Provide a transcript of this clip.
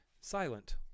silent